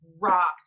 rocked